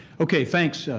okay, thanks.